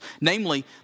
namely